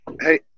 Hey